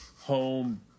home